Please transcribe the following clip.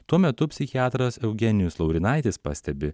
tuo metu psichiatras eugenijus laurinaitis pastebi